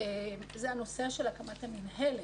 זה הנושא של הקמת המינהלת.